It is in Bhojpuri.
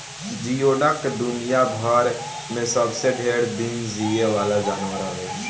जियोडक दुनियाभर में सबसे ढेर दिन जीये वाला जानवर हवे